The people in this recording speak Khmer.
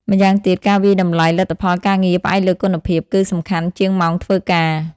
ម៉្យាងទៀត ការវាយតម្លៃលទ្ធផលការងារផ្អែកលើគុណភាព គឺសំខាន់ជាងម៉ោងធ្វើការ។